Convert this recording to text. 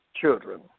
children